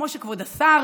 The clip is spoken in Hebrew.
כמו שכבוד השר